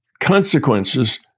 consequences